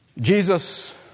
Jesus